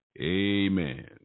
Amen